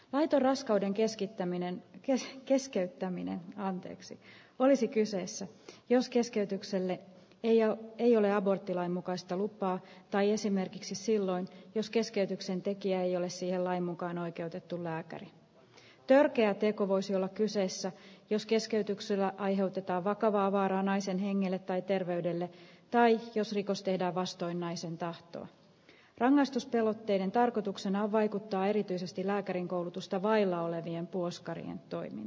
voiton raskauden keskeyttäminen kesken keskeyttäminen anteeksi olisi kyseessä jos keskeytykselle ja ei ole aborttilain mukaista lupaa tai esimerkiksi silloin jos keskeytyksen tekijä ei ole siihen lain mukaan oikeutettu lääkäri törkeä teko voisi olla kyseessä jos keskeytyksellä aiheutetaan vakavaa vaaraa naisen hengelle tai terveydelle tai jos rikos tehdään vastoin naisen tahtoa rangaistus pelotteiden tarkoituksena on vaikuttaa erityisesti lääkärin koulutusta vailla olevien puoskarien toimin